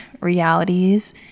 realities